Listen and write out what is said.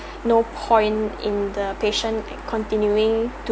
no point in the patient like continuing to